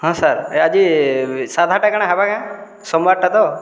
ହଁ ସାର୍ ଆଜି ସାଧାଟା କାଣା ହେବାକେଁ ସୋମ୍ବାର୍ଟା ତ